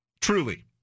Truly